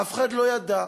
אף אחד לא ידע,